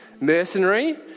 mercenary